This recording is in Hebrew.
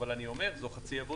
אבל זו רק חצי עבודה.